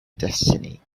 destiny